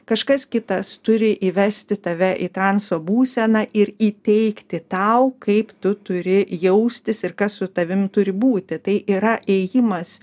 kažkas kitas turi įvesti tave į transo būseną ir įteikti tau kaip tu turi jaustis ir kas su tavim turi būti tai yra ėjimas